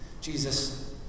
Jesus